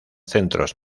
centros